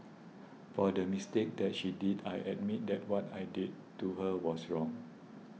for the mistake that she did I admit that what I did to her was wrong